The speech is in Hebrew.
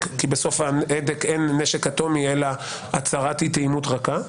כי אין נשק אטומי אלא הצהרת אי-תאימות רכה,